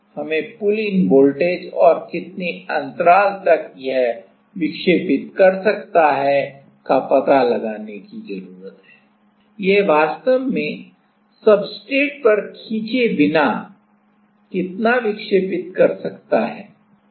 हमें pull in voltage और कितने अंतराल तक यह विक्षेपित कर सकता है का पता लगाने की जरूरत है यह वास्तव में सब्सट्रेट पर खींचे बिना कितना विक्षेपित कर सकता है